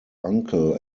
uncle